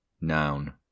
Noun